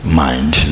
mind